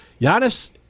Giannis